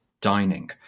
dining